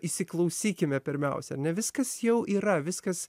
įsiklausykime pirmiausia ar ne viskas jau yra viskas